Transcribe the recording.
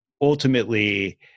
ultimately